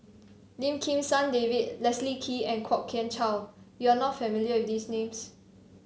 Lim Kim San David Leslie Kee and Kwok Kian Chow you are not familiar with these names